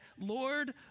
Lord